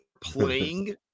playing